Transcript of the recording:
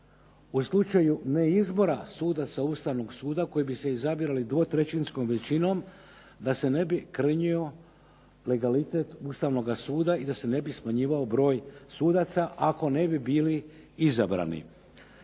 u slučaju ne izbora sudaca Ustavnog suda koji bi se izabirali dvotrećinskom većinom da se ne bi krnjio legalitet Ustavnoga suda i da se ne bi smanjivao broj sudaca ako ne bi bili izabrani.